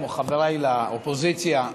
כמו חבריי לאופוזיציה,